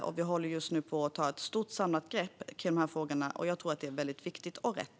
Vi håller just nu på att ta ett stort samlat grepp om de frågorna. Jag tror att det är väldigt viktigt och rätt.